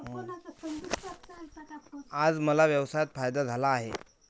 आज मला व्यवसायात फायदा झाला आहे